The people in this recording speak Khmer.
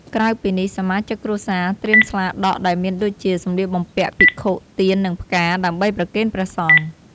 ក្រៅពីនេះ សមាជិកគ្រួសារត្រៀមស្លាដក់ ដែលមានដូចជាសម្លៀកបំពាក់ភិក្ខុ ទៀន និងផ្កាដើម្បីប្រគេនព្រះសង្ឃ។